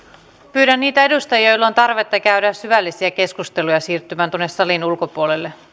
pyydän niitä edustajia joilla on tarvetta käydä syvällisiä keskusteluja siirtymään tuonne salin ulkopuolelle